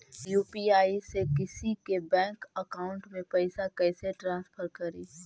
UPI से किसी के बैंक अकाउंट में पैसा कैसे ट्रांसफर करी?